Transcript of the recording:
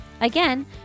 Again